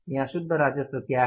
यहाँ शुद्ध राजस्व क्या है